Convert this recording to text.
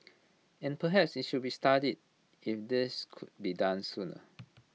but perhaps IT should be studied if this could be done sooner